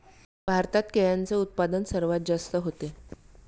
भारतात केळ्यांचे उत्पादन सर्वात जास्त होते